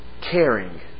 Caring